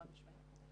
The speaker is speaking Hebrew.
חד משמעית.